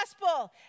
gospel